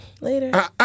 Later